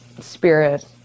spirit